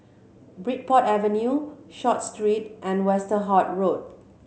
Bridport Avenue Short Street and Westerhout Road